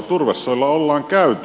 turvesoilla on käyty